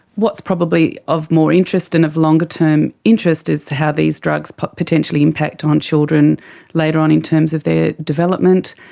what's probably of more interest and of longer term interest is how these drugs but potentially impact on children later on in terms of their development,